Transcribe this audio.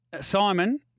Simon